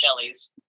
jellies